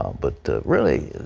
but, really,